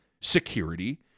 security